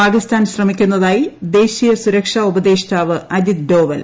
പാകിസ്ഥാൻ ശ്രമിക്കുന്നതായി ദേശീയ സുരക്ഷാ ഉപദേഷ്ടാവ് അജിത് ഡോവൽ